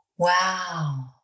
Wow